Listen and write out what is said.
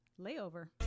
Layover